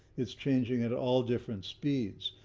it's changing at all different speeds.